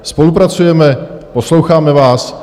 Spolupracujeme, posloucháme vás.